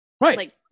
Right